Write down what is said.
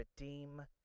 redeem